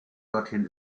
dorthin